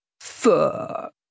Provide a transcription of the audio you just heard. Fuck